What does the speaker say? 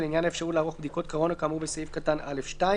ולעניין האפשרות לערוך בדיקות קורונה כאמור בסעיף קטן (א)(2).